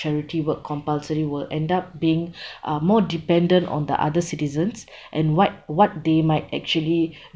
charity work compulsory will end up being uh more dependent on the other citizens and what what they might actually